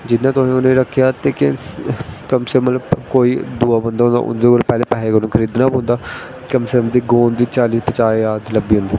जियां तुसें उ'नेंगी रक्खेआ ते केह् कम से कम मतलब दूआ बंदा होंदा ओह्दे कोला पैहे कन्नै खरीदना पौंदा कम से कम गौ पौंदी चाली पंजाह् ज्हार दी लब्भी जंदी